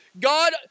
God